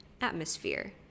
atmosphere